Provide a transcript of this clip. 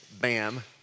bam